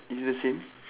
is the same